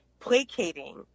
Placating